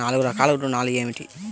నాలుగు రకాల ఋణాలు ఏమిటీ?